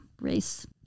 race